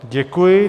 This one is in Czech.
Děkuji.